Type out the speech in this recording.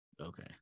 Okay